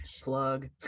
plug